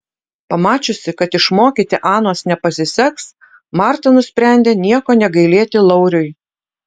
pamačiusi kad išmokyti anos nepasiseks marta nusprendė nieko negailėti lauriui